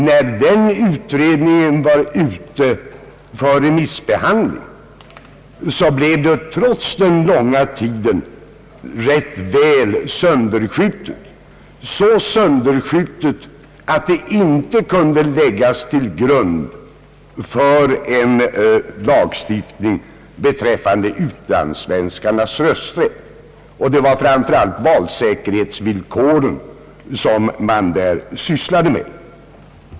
När den utredningen var ute på remissbehandling, blev den trots den långa tiden rätt väl sönderskjuten, så sönderskjuten att den inte kunde läggas till grund för en lagstiftning be träffande utlandssvenskarnas rösträtt. Det var framför allt valsäkerhetsvillkoren som man där sysslade med.